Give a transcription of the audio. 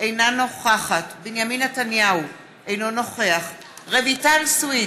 אינה נוכחת בנימין נתניהו, אינו נוכח רויטל סויד,